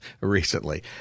recently